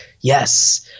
yes